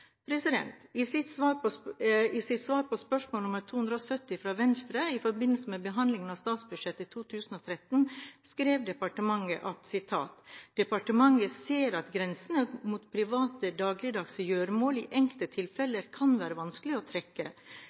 I svar på spørsmål nr. 270 fra Venstre i forbindelse med behandlingen av statsbudsjettet 2013 skrev departementet: «Departementet ser at grensen mot private dagligdagse gjøremål i enkelte tilfeller kan være vanskelig å trekke.